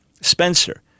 Spencer